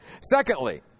Secondly